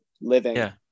living